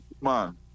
man